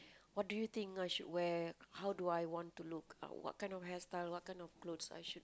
what do you think I should wear how do I want to look uh what kind of hairstyle what kind of clothes I should